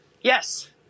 Yes